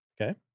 Okay